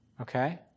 Okay